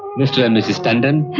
mr. and mrs. tondon.